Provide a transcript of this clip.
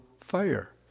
fire